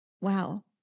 Wow